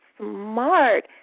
smart